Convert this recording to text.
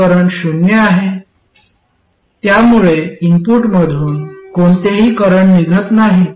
gate current शून्य आहे त्यामुळे इनपुट मधून कोणतेही करंट निघत नाही